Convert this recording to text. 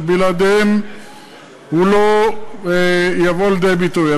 שבלעדיהן הוא לא יבוא לידי ביטוי.